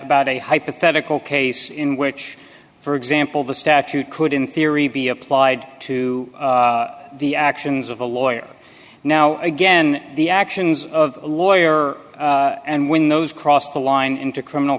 about a hypothetical case in which for example the statute could in theory be applied to the actions of a lawyer now again the actions of a lawyer and when those cross the line into criminal